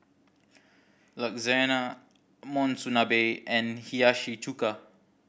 Lasagna Monsunabe and Hiyashi Chuka